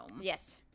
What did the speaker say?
Yes